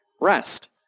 rest